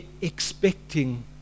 expecting